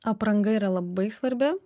apranga yra labai svarbi